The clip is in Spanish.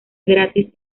gratis